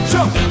Jump